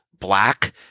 Black